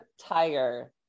Tiger